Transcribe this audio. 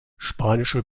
spanische